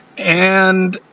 and